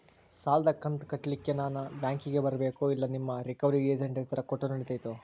ಸಾಲದು ಕಂತ ಕಟ್ಟಲಿಕ್ಕೆ ನಾನ ಬ್ಯಾಂಕಿಗೆ ಬರಬೇಕೋ, ಇಲ್ಲ ನಿಮ್ಮ ರಿಕವರಿ ಏಜೆಂಟ್ ಹತ್ತಿರ ಕೊಟ್ಟರು ನಡಿತೆತೋ?